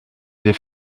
des